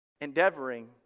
endeavoring